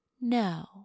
no